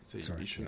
sorry